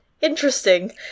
Interesting